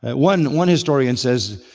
ah one one historian says,